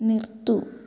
നിർത്തൂ